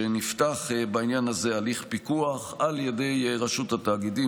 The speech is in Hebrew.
שנפתח בעניין הזה הליך פיקוח על ידי רשות התאגידים.